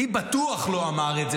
מי בטוח לא אמר את זה,